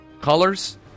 colors